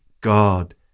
God